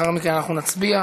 אנחנו עוברים,